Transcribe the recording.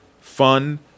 fun